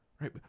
right